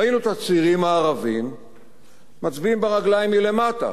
ראינו את הצעירים הערבים מצביעים ברגליים מלמטה,